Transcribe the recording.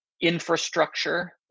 infrastructure